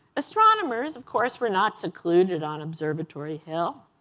astronomers, of course, were not secluded on observatory hill,